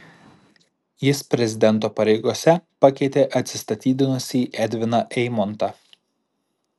jis prezidento pareigose pakeitė atsistatydinusį edviną eimontą